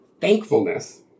thankfulness